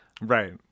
Right